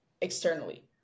externally